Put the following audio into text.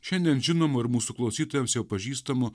šiandien žinoma ir mūsų klausytojams jau pažįstamų